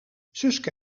suske